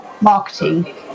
marketing